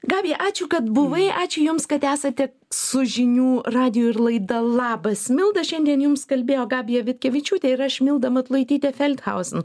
gabija ačiū kad buvai ačiū jums kad esate su žinių radijo ir laida labas milda šiandien jums kalbėjo gabija vitkevičiūtė ir aš milda matulaitytė felthausen